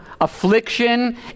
affliction